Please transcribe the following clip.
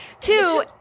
Two